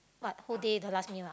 what whole day the last meal